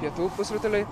pietų pusrutuliui